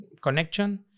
connection